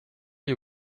you